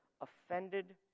offended